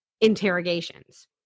interrogations